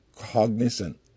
cognizant